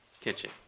Kitchen